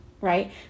right